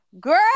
girl